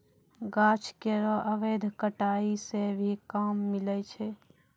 गाछ केरो अवैध कटाई सें भी काठ मिलय छै